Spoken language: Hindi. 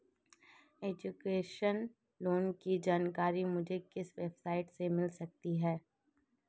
एजुकेशन लोंन की जानकारी मुझे किस वेबसाइट से मिल सकती है?